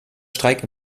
streik